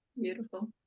Beautiful